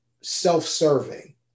self-serving